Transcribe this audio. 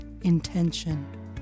intention